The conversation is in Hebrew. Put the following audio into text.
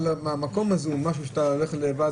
כל המקום הזה הוא משהו שאתה הולך לבד